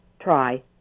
try